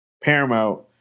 Paramount